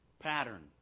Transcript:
pattern